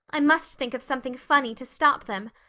i must think of something funny to stop them.